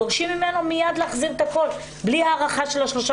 דורשים ממנו מייד להחזיר את הכול בלי הארכה של השלושה